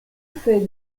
fait